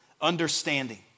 Understanding